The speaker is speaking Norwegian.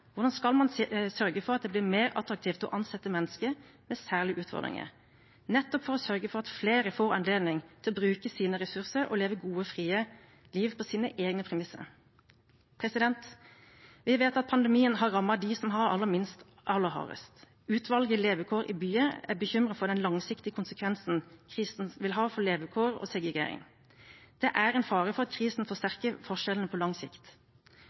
Hvordan skal man sørge for at det blir mer attraktivt å ansette mennesker med særlige utfordringer, nettopp for å sørge for at flere får anledning til å bruke sine ressurser og leve gode, frie liv på sine egne premisser? Vi vet at pandemien har rammet dem som har aller minst, aller hardest. Utvalgsutredningen Levekår i byer er bekymret for den langsiktige konsekvensen krisen vil ha for levekår og segregering. Det er en fare for at krisen forsterker forskjellene på lang sikt.